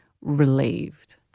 relieved